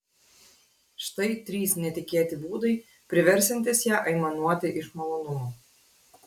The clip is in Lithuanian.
štai trys netikėti būdai priversiantys ją aimanuoti iš malonumo